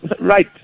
Right